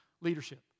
leadership